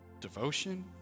devotion